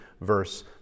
verse